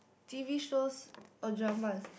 T_V shows or dramas